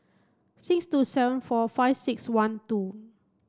six two seven four five six one two